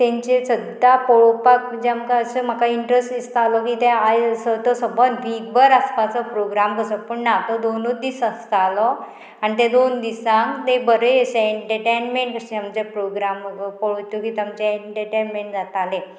तेंचे सद्दां पळोवपाक म्हणजे आमकां अशें म्हाका इंट्रस्ट दिसतालो की ते आयज तो सबंद वीक भर आसपाचो प्रोग्राम कसो पूण ना तो दोनूच दीस आसतालो आनी ते दोन दिसांक ते बरें अशें एंटरटेनमेंट अशें आमचें प्रोग्राम पळोवच्यो की आमचें एन्टरटेनमेंट जातालें